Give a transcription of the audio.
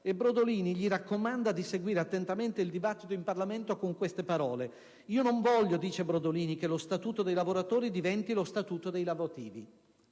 e Brodolini gli raccomanda di seguire attentamente il dibattito in Parlamento con queste parole: «Io non voglio che lo Statuto dei lavoratori diventi lo Statuto dei lavativi».